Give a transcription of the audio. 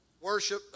worship